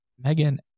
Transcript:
Megan